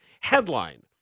Headline